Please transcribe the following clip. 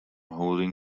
holding